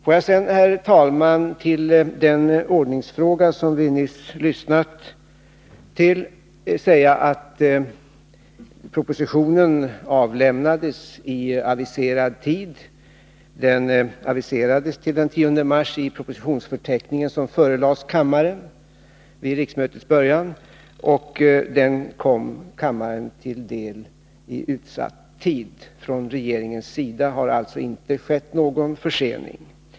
Får jag sedan, herr talman, med anledning av den ordningsfråga som nyss diskuterades, säga att propositionen avlämnades i aviserad tid. Den aviserades till den 10 mars i propositionsförteckningen som förelades kammaren vid riksmötets början, och den kom kammaren till handa på utsatt tid. Från regeringens sida har alltså inte skett någon försening.